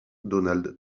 donald